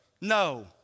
No